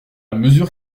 mesure